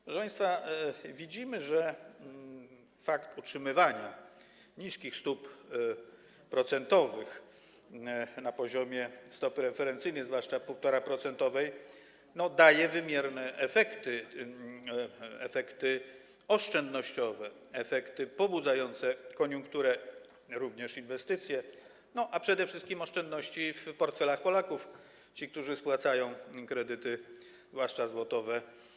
Proszę państwa, widzimy, że fakt utrzymywania niskich stóp procentowych na poziomie stopy referencyjnej, zwłaszcza 1,5-procentowej, daje wymierne efekty, efekty oszczędnościowe, efekty pobudzające koniunkturę, również inwestycje, a przede wszystkim mamy tu oszczędności w portfelach Polaków, tych którzy spłacają kredyty, zwłaszcza złotowe.